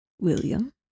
William